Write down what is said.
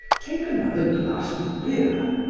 take another glass of beer.